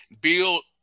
build